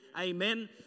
amen